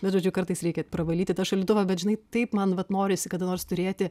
bet žodžiu kartais reikia pravalyti tą šaldytuvą bet žinai taip man vat norisi kada nors turėti